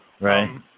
Right